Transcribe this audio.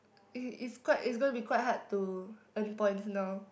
it is quite it's gonna be quite hard to earn points now